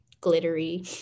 glittery